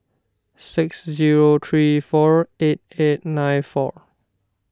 six zero three four eight eight nine four